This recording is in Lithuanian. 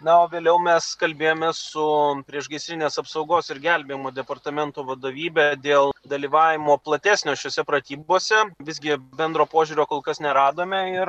na o vėliau mes kalbėjomės su priešgaisrinės apsaugos ir gelbėjimo departamento vadovybe dėl dalyvavimo platesnio šiose pratybose visgi bendro požiūrio kol kas neradome ir